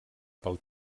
pel